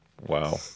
wow